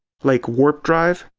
like warp drive,